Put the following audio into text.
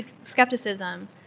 skepticism